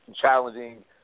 challenging